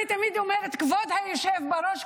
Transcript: אני תמיד אומרת "כבוד היושב בראש,